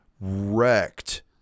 wrecked